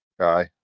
Aye